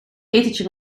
etentje